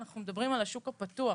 אנחנו מדברים על השוק הפתוח.